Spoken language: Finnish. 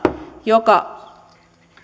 joka